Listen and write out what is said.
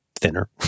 thinner